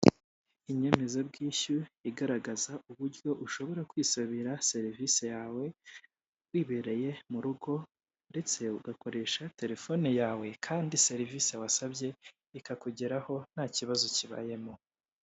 Inyemezabwishyu igaragaza uburyo ushobora kwisabira serivisi yawe, wibereye mu rugo ndetse ugakoresha telefone yawe, kandi serivisi wasabye ikakugeraho nta kibazo kibayemo.